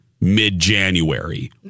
mid-January